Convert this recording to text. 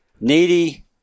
needy